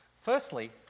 Firstly